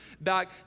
back